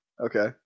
Okay